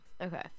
okay